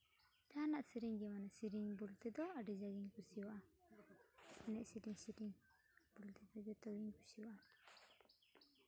ᱡᱟᱦᱟᱱᱟᱜ ᱥᱮᱨᱮᱧ ᱜᱮ ᱢᱟᱱᱮ ᱥᱮᱨᱮᱧ ᱵᱚᱞᱛᱮ ᱫᱚ ᱟᱹᱰᱤ ᱡᱳᱨ ᱤᱧ ᱠᱩᱥᱤᱣᱟᱜᱼᱟ ᱮᱱᱮᱡ ᱥᱮᱨᱮᱧ ᱥᱮᱨᱮᱧ ᱵᱚᱞᱛᱮ ᱫᱚ ᱡᱚᱛᱜᱤᱧ ᱠᱩᱥᱤᱣᱟᱜᱼᱟ